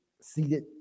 seated